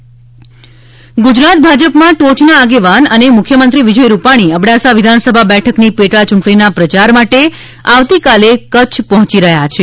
ભાજપ નેતાઓનો યૂંટણી પ્રવાસ ગુજરાત ભાજપમાં ટોચના આગેવાન અને મુખ્યમંત્રી વિજય રૂપાણી અબડાસા વિધાનસભા બેઠકની પેટા ચૂંટણીના પ્રચાર માટે આવતીકાલે કચ્છ પહોચી રહ્યા છે